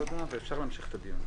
נמשיך את הדיון.